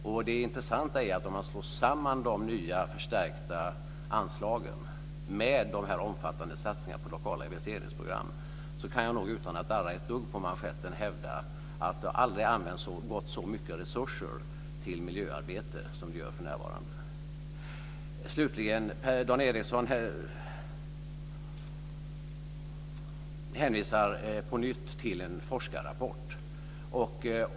Och det intressanta är att om man slår samman de nya förstärkta anslagen med dessa omfattande satsningar på lokala investeringsprogram så kan jag nog utan att darra ett dugg på manschetten hävda att det aldrig har tillförts så mycket resurser till miljöarbete som det för närvarande gör. Dan Ericsson hänvisar på nytt till en forskarrapport.